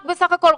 רק בסך הכול,